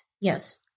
Yes